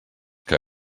que